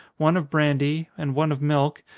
one of brandy, and one of milk,